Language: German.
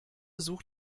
such